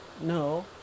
no